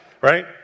Right